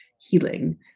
healing